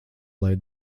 lai